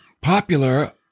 popular